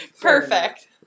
Perfect